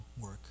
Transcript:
work